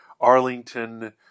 Arlington